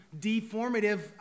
deformative